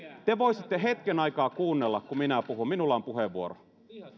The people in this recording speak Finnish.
te voisitte hetken aikaa kuunnella kun minä puhun minulla on puheenvuoro